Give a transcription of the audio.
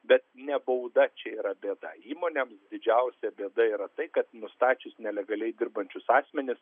bet ne bauda čia yra bėda įmonėms didžiausia bėda yra tai kad nustačius nelegaliai dirbančius asmenis